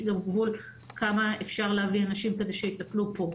יש גם גבול כמה אפשר להביא אנשים כדי שיטפלו פה.